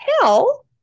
hell